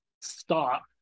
stop